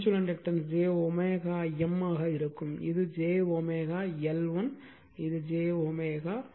எனவே mutual inductance j M ஆக இருக்கும் இது j L1 j L2